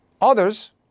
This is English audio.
Others